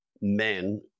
men